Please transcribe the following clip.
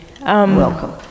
welcome